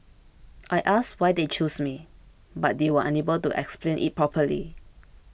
I asked why they chose me but they were unable to explain it properly